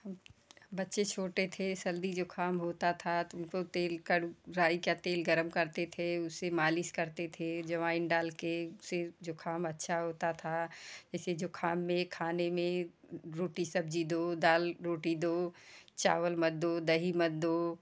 बच्चे छोटे थे सर्दी जुखाम होता था उनको तेल कड़ राई का तेल गर्म करते थे उसे मालिश करते थे जवाइन डाल के उसे जुखाम अच्छा होता था इसी जुखाम में खाने में रोटी सब्जी दो दाल रोटी दो चावल मत दो दही मत दो